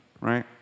right